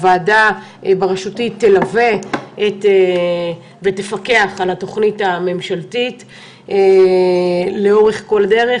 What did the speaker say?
הוועדה בראשותי תלווה ותפקח על התוכנית הממשלתית לאורך כל הדרך.